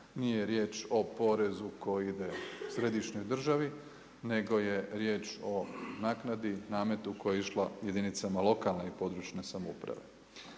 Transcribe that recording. nije riječ o porezu koji ide središnjoj državi, nego je riječ o naknadi, nametu, koji je išlo jedinicama lokalne i područne samouprave.